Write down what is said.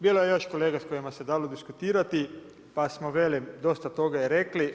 Bilo je još kolega sa kojima se dalo diskutirati pa smo velim dosta toga i rekli.